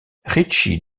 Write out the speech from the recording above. richie